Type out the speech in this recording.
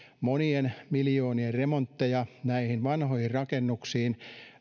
monien miljoonien remontteja näihin vanhoihin rakennuksiin